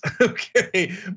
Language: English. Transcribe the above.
okay